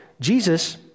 Jesus